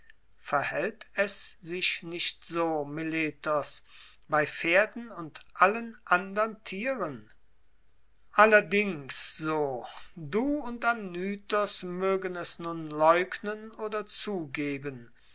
verhält es sich nicht so meletos bei pferden und allen andern tieren allerdings so du und anytos mögen es nun leugnen oder zugeben